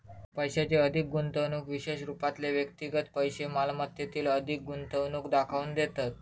पैशाची अधिक गुंतवणूक विशेष रूपातले व्यक्तिगत पैशै मालमत्तेतील अधिक गुंतवणूक दाखवून देतत